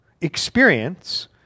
experience